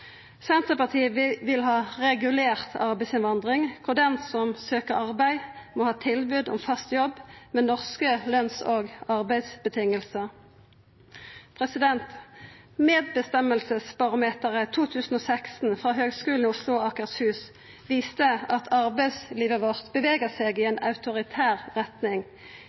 Senterpartiet vil ha regulert arbeidsinnvandring, der den som søkjer arbeid, må ha tilbod om fast jobb med norske løns- og arbeidsvilkår. Medbestemmelsesbarometeret 2016 frå Høgskulen i Oslo og Akershus viste at arbeidslivet vårt bevega seg i ei autoritær retning.